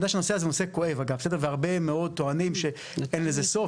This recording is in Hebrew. אני יודע שהנושא הזה הוא נושא כואב והרבה מאוד טוענים שאין לזה סוף,